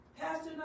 Pastor